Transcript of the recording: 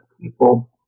people